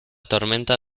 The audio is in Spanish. tormenta